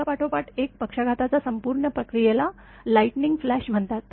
एकापाठोपाठ एक पक्षाघाताच्या संपूर्ण प्रक्रियेला लायटिंग फ्लॅश म्हणतात